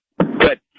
Good